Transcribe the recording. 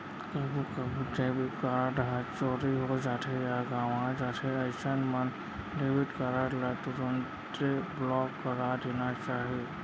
कभू कभू debit card ह चोरी हो जाथे या गवॉं जाथे अइसन मन डेबिट कारड ल तुरते ब्लॉक करा देना चाही